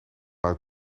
uit